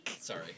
Sorry